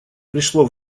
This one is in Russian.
пришло